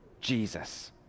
Jesus